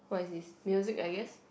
what is this music I guess